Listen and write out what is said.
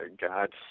God